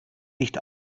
nicht